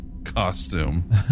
costume